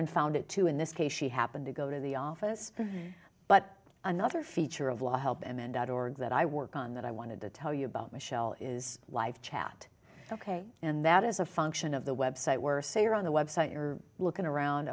and found it too in this case she happened to go to the office but another feature of law help and org that i work on that i wanted to tell you about michelle is live chat ok and that is a function of the website where say you're on the website you're looking around